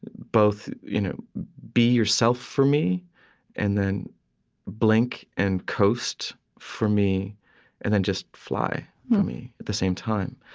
but both you know be yourself for me and then blink and coast for me and then just fly for me, at the same time.